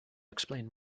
explain